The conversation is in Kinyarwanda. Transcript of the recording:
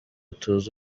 tuzi